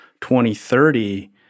2030